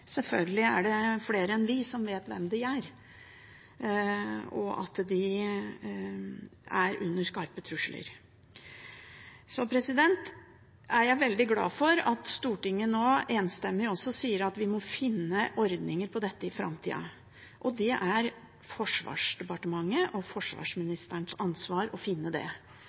Selvfølgelig er det flere enn vi som vet hvem de er, og at de er under skarpe trusler. Jeg er veldig glad for at Stortinget nå enstemmig også sier at vi må finne ordninger på dette i framtida. Det er Forsvarsdepartementet og forsvarsministerens ansvar å finne det,